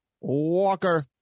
Walker